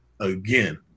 again